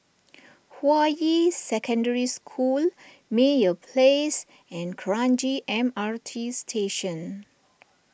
Hua Yi Secondary School Meyer Place and Kranji M R T Station